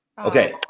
Okay